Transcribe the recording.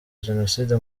jenoside